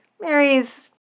Mary's